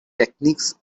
techniques